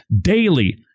daily